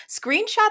Screenshot